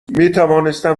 میتوانستم